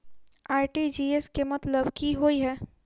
RTGS केँ मतलब की होइ हय?